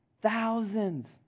Thousands